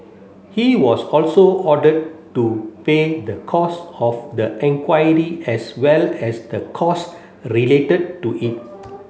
he was also ordered to pay the costs of the inquiry as well as the costs related to it